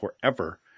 forever